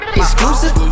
exclusive